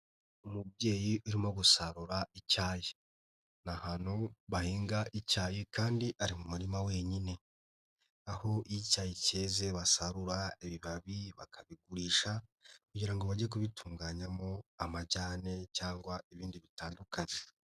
Umubyeyi urimo gusarura icyayi, ni ahantu bahinga icyayi kandi ari mu murima wenyine aho iyo icyayi keze basarura ibibabi bakabigurisha kugira ngo bajye kubitunganyamo amajyane cyangwa ibindi bitandukanye.